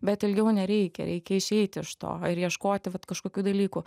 bet ilgiau nereikia reikia išeit iš to ir ieškoti vat kažkokių dalykų